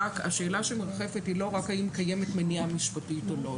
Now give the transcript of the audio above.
השאלה שמרחפת היא לא רק האם קיימת מניעה משפטית או לא.